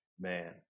man